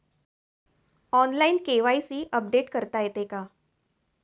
Online KYC update करता येते का?